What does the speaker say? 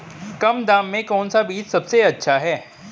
कम दाम में कौन सा बीज सबसे अच्छा है?